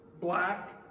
Black